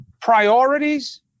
priorities